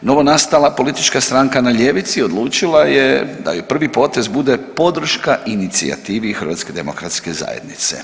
Novonastala politička stranka na ljevici odlučila je da joj prvi potez bude podrška inicijativi HDZ-a.